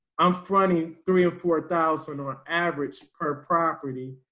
i'm fronting three or four thousand on average per property,